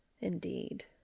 Indeed